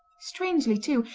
strangely too,